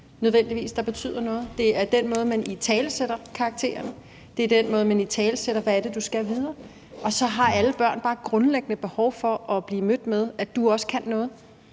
karaktererne, der betyder noget. Det er den måde, man italesætter karaktererne på, det er den måde, man italesætter spørgsmålet om, hvad det er, du skal videre, på. Og så har alle børn bare grundlæggende behov for at blive mødt med ordene: Du kan også